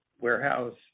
warehouse